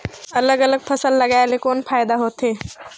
अलग अलग फसल लगाय ले कौन फायदा होथे?